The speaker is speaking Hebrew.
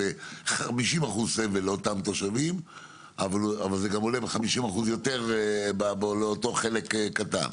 ב-50% סבל לאותם תושבים אבל זה גם עולה ב-50% יותר לאותו חלק קטן.